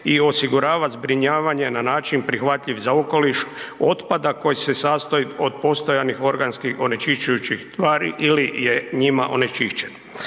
i osigurava zbrinjavanja ne način prihvatljiv za okoliš otpada koji se sastoji od postojanih organskih onečišćujućih tvari ili je njima onečišćen.